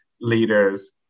leaders